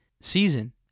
season